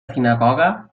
sinagoga